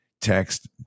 text